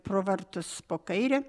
pro vartus po kaire